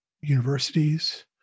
universities